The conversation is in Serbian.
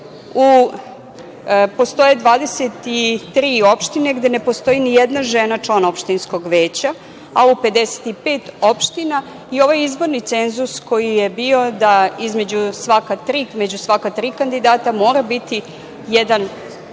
23 opštine gde ne postoji ni jedna žena član opštinskog veća, a u 55 opština, i ovaj izborni cenzus koji je bio da između svaka tri kandidata mora biti jedan manje